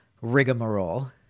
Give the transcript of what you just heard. rigmarole